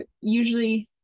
usually